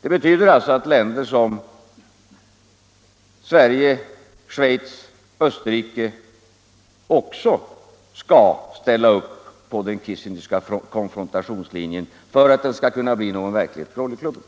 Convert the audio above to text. Det betyder alltså att länder som Sverige, Schweiz och Österrike också skall ställa upp på Kissingers konfrontationslinje för att den skall bli verklighet för oljeklubben.